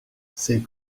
ces